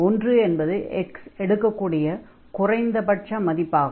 ஒன்று என்பது x எடுக்கக் கூடிய குறைந்த்தபட்ச மதிப்பாகும்